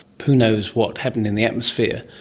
who knows what happened in the atmosphere,